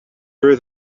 her